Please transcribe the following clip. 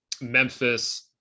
Memphis